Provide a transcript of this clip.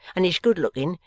and is good-looking,